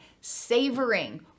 savoring